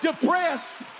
depressed